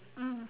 mm